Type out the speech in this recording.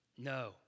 No